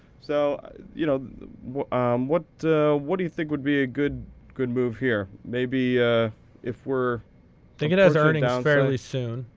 so you know what what do you think would be a good good move here? maybe if we're thinking it has earnings um fairly soon.